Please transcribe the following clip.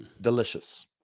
delicious